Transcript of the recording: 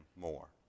more